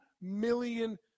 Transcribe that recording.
million